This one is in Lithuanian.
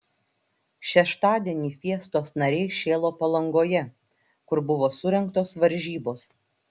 šeštadienį fiestos nariai šėlo palangoje kur buvo surengtos varžybos